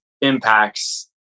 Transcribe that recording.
impacts